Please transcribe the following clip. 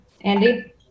Andy